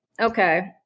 okay